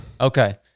Okay